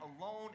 alone